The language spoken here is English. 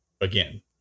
again